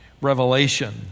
revelation